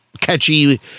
catchy